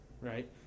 right